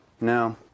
No